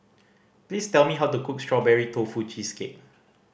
please tell me how to cook Strawberry Tofu Cheesecake